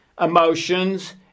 emotions